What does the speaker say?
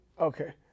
Okay